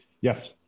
Yes